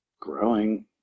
growing